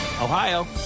Ohio